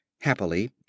happily